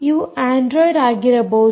ಅವು ಅಂಡ್ರೊಯಿಡ್ ಆಗಿರಬಹುದು